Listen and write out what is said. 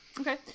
Okay